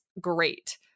great